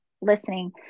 listening